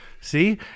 See